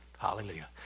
Hallelujah